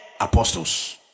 apostles